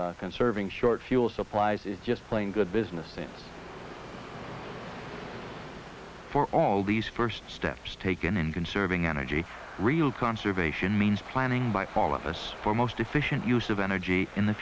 and conserving short fuel supplies is just plain good business sense for all these first steps taken in conserving energy real conservation means planning by fall of us for most efficient use of energy in the